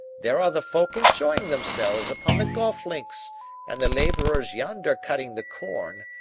there are the folk enjoying themselves upon the golf-links and the laborers yonder cutting the corn.